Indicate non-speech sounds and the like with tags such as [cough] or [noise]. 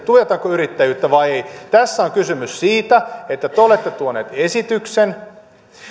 [unintelligible] tuetaanko yrittäjyyttä vai ei tässä on kysymys siitä että te olette tuoneet esityksen